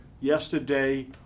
yesterday